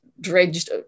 dredged